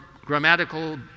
grammatical